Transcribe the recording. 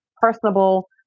personable